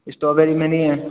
strawberry में नहीं है